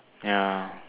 ya